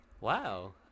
wow